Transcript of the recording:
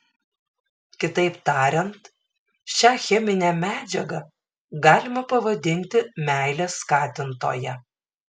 kitaip tariant šią cheminę medžiagą galima pavadinti meilės skatintoja